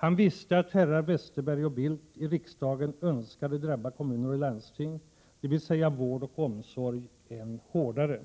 Han visste att herrar Westerberg och Bildt i riksdagen önskade att kommuner och landsting, dvs. vård och omsorg, skulle drabbas ännu hårdare.